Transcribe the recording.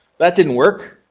that didn't work.